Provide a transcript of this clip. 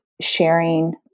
sharing